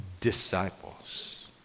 disciples